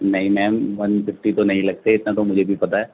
نہیں ma'am one fifty تو نہیں لگتے اتنا تو مجھے بھی پتہ ہے